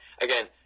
again